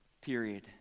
Period